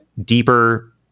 deeper